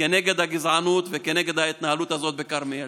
כנגד הגזענות וכנגד ההתנהלות הזאת בכרמיאל.